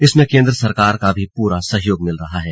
इसमें केंद्र सरकार का भी पूरा सहयोग मिल रहा है